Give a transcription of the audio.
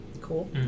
Cool